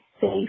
safe